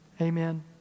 Amen